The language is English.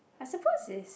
I suppose is